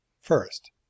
First